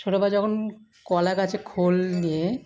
ছোটবেলা যখন কলা গাছে খোল নিয়ে